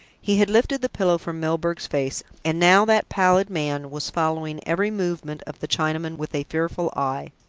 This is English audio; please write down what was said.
he had lifted the pillow from milburgh's face, and now that pallid man was following every movement of the chinaman with a fearful eye.